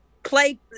play